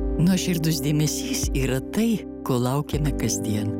nuoširdus dėmesys yra tai ko laukiame kasdien